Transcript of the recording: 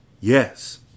yes